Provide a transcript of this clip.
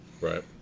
Right